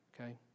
Okay